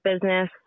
business